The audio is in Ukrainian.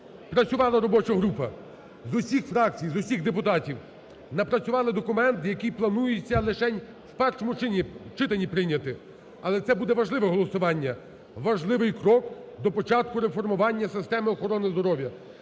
Працювала робоча група з усіх фракцій, з усіх депутатів напрацювали документ, який планується лишень у першому читанні прийняти, але це буде важливе голосування, важливий крок до початку реформування системи охорони здоров'я.